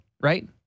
right